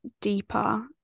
deeper